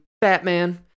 Batman